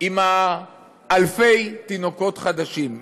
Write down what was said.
עם אלפי התינוקות החדשים,